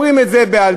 אומרים את זה בעל-פה,